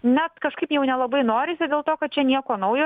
net kažkaip jau nelabai norisi dėl to kad čia nieko naujo